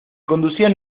conducían